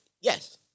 Yes